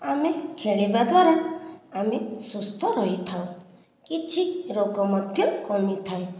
ଆମେ ଖେଳିବା ଦ୍ୱାରା ଆମେ ସୁସ୍ଥ ରହିଥାଉ କିଛି ରୋଗ ମଧ୍ୟ କମିଥାଏ